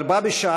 אבל בה בשעה,